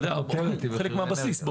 עדיין, חלק מהבסיס.